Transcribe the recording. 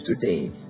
today